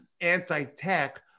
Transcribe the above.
anti-tech